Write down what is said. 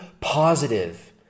positive